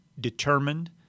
determined